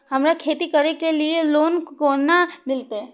हमरा खेती करे के लिए लोन केना मिलते?